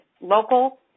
local